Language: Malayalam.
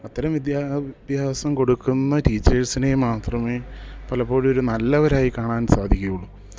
അത്തരം വിദ്യാഭ്യാസം കൊടുക്കുന്ന ടീച്ചേഴ്സിനേ മാത്രമേ പലപ്പോഴൊരു നല്ലവരായി കാണാൻ സാധിക്കുകയുള്ളു